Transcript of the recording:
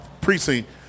precinct